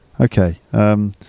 Okay